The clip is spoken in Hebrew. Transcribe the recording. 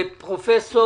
פרופ'